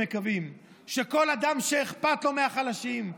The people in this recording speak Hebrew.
ומקווים שכל אדם שאכפת לו מהחלשים,